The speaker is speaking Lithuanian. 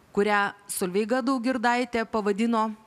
kurią solveiga daugirdaitė pavadino